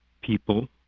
people